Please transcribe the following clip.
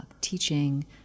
teaching